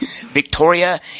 Victoria